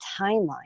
timeline